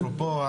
אפרופו,